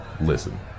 listen